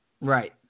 Right